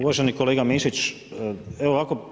Uvaženi kolega Mišić, evo ovako.